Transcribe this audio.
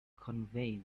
conveyed